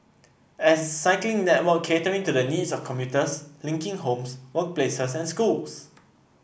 a cycling network catering to the needs of commuters linking homes workplaces and schools